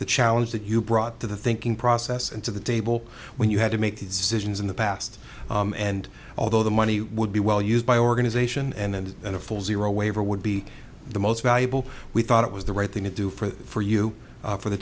the challenge that you brought to the thinking process and to the table when you had to make these decisions in the past and although the money would be well used by organization and that a full zero waiver would be the most valuable we thought it was the right thing to do for you for the